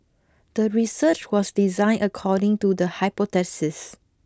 the research was designed according to the hypothesis